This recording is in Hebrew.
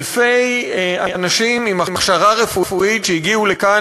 אלפי אנשים עם הכשרה רפואית שהגיעו לכאן